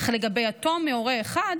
אך לגבי יתום מהורה אחד